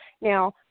Now